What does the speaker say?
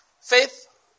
faith